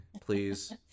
Please